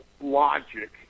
logic